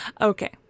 Okay